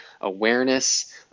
awareness